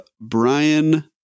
Brian